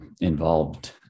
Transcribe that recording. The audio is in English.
involved